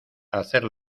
hacer